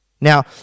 Now